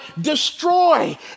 destroy